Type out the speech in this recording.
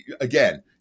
again